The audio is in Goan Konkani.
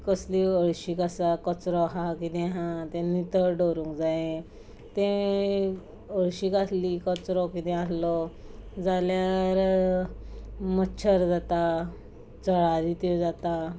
कसली हळशीक आसा कचरो आसा किदें आसा तें निवळ दवरूंक जाये तें हळशीक आसली कचरो किदेंय आसलो जाल्यार मच्छर जाता जळारी त्यो जाता